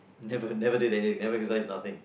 never never did any never exercise nothing